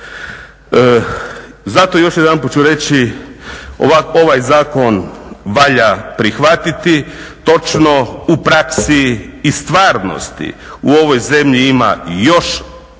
Zato ću još jedanput reći, ovaj zakon valja prihvatiti. Točno u praksi i stvarnosti u ovoj zemlji ima još problema.